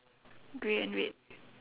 grey and red